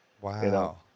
Wow